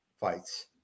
fights